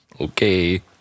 Okay